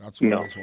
No